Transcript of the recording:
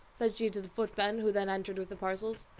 said she to the footman who then entered with the parcels.